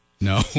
No